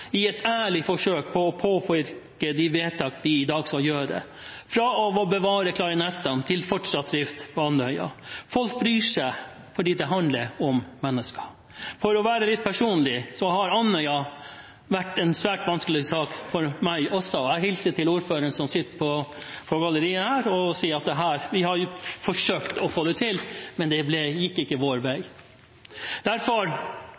i et ærlig forsøk på å påvirke de vedtakene vi skal gjøre i dag – fra å bevare klarinettene til fortsatt drift på Andøya. Folk bryr seg fordi det handler om mennesker. For å være litt personlig så har Andøya vært en svært vanskelig sak for meg også. Jeg hilser til ordføreren, som sitter på galleriet her, og sier: Vi har forsøkt å få det til, men det gikk ikke vår vei. Derfor